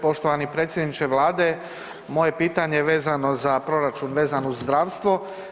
Poštovani predsjedniče Vlade, moje pitanje vezano za proračun vezan uz zdravstvo.